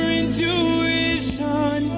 intuition